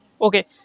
okay